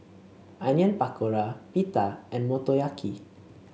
Onion Pakora Pita and Motoyaki